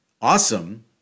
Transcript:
Awesome